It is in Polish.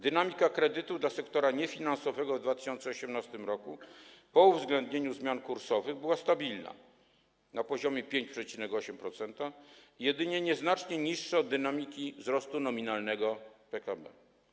Dynamika kredytów dla sektora niefinansowego w 2018 r. po uwzględnieniu zmian kursowych była stabilna, na poziomie 5,8%, jedynie nieznacznie niższym od dynamiki wzrostu nominalnego PKB.